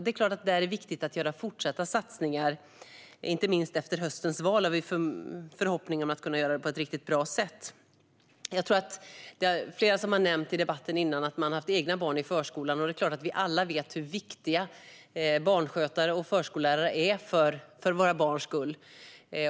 Där är det såklart viktigt att göra fortsatta satsningar - inte minst efter höstens val, då vi har förhoppningar om att kunna göra det på ett riktigt bra sätt. Flera har nämnt i debatten att man har haft egna barn i förskolan. Det är klart att vi alla vet hur viktiga barnskötare och förskollärare är för våra barn.